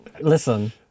Listen